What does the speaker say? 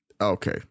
Okay